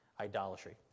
idolatry